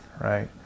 right